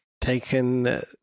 taken